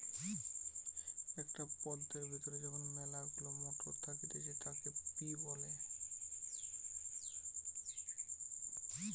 একটো পদের ভেতরে যখন মিলা গুলা মটর থাকতিছে তাকে পি বলে